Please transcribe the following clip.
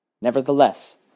Nevertheless